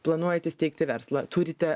planuojate steigti verslą turite